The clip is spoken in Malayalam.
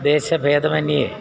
ദേശഭേദമന്യേ